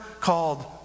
called